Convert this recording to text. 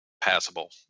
passable